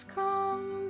come